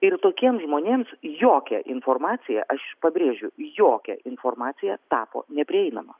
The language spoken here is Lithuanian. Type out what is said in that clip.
ir tokiems žmonėms jokia informacija aš pabrėžiu jokia informacija tapo neprieinama